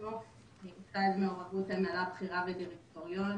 --- מעורבות הנהלה בכירה ודירקטוריון